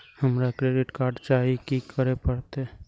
हमरा credit card चाही की करे परतै?